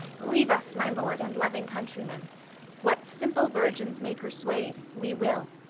leave us, my lord, and loving countrymen what simple virgins may persuade, we will.